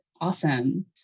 Awesome